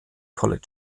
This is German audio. college